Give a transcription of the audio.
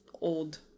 old